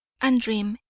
and dream,